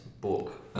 book